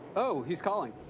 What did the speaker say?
oh, he's calling.